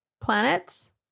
planets